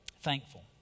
Thankful